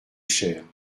chère